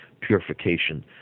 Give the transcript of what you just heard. purification